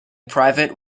private